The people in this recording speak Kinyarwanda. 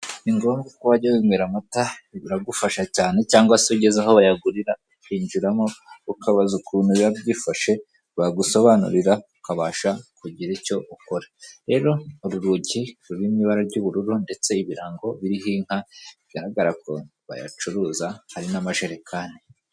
Ni ngombwa ko wajya wimera amata biragufasha cyane cyangwa se ugeze aho bayagurira kuyinjiramo ukabaza ukuntu yabyifashe bagusobanurira ukabasha kugira icyo ukora. Rero uru rugi ruru mu ibara ry'ubururu ndetse ibirango biriho inka bigaragara kobayacuruza hari n'amajerekani.